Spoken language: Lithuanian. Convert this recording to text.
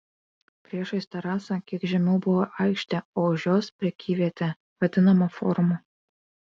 priešais terasą kiek žemiau buvo aikštė o už jos prekyvietė vadinama forumu